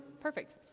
Perfect